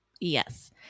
Yes